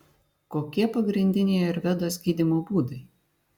kokie pagrindiniai ajurvedos gydymo būdai